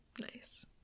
nice